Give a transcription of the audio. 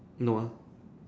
no ah